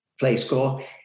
PlayScore